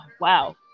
wow